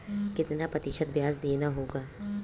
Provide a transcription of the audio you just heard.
कितना प्रतिशत ब्याज देना होगा?